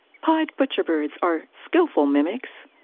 pied butcherbirds are skilful mimics,